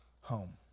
home